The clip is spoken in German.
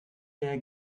der